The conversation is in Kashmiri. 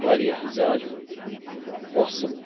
وارِیاہ زیادٕ ہوصلہٕ